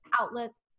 outlets